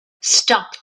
stop